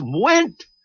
went